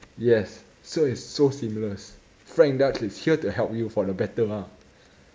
yes so it's so seamless frank dutch is here to help you for the better ah